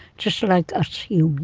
just like us human